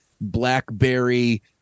blackberry